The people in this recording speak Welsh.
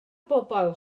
bobl